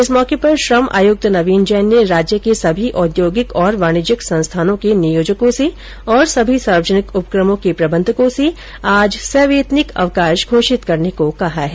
इस मौके पर श्रम आयुक्त नवीन जैन ने राज्य के सभी औद्योगिक और वाणिज्यिक संस्थानो के नियोजको से तथा सभी सार्वजनिक उपक्रमो के प्रबन्धकों से आज सवैतनिक अवकाश घोषित करने को कहा है